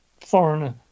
Foreigner